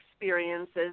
experiences